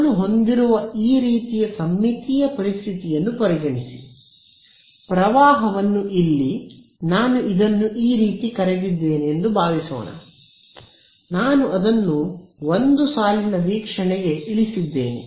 ನಾನು ಹೊಂದಿರುವ ಈ ರೀತಿಯ ಸಮ್ಮಿತೀಯ ಪರಿಸ್ಥಿತಿಯನ್ನು ಪರಿಗಣಿಸಿ ಪ್ರವಾಹವನ್ನು ಇಲ್ಲಿ ನಾನು ಇದನ್ನು ಈ ರೀತಿ ಕರೆದಿದ್ದೇನೆ ಎಂದು ಭಾವಿಸೋಣ ನಾನು ಅದನ್ನು ಒಂದು ಸಾಲಿನ ವೀಕ್ಷಣೆಗೆ ಇಳಿಸಿದ್ದೇನೆ